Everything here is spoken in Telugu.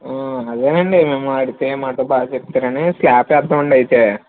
ఆదేనండి మాతో బాగా చెప్తారని స్లాబ్ వేద్దాం అండి అయితే